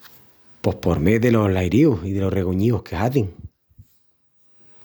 Pos por mé delos lairíus i los reguñíus que hazin.